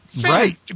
Right